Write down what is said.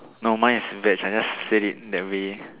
no mine is veg I just said it that way